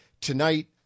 tonight